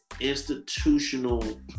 institutional